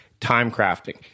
TIMECRAFTING